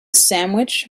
sandwich